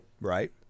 Right